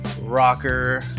Rocker